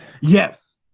Yes